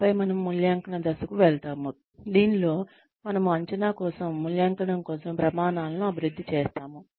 ఆపై మనము మూల్యాంకన దశకు వెళ్తాము దీనిలో మనము అంచనా కోసం మూల్యాంకనం కోసం ప్రమాణాలను అభివృద్ధి చేస్తాము